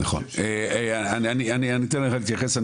אני אתן לך להתייחס,